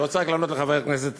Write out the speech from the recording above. אני רוצה רק לענות לחברת הכנסת